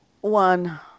One